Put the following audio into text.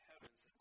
heavens